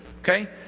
okay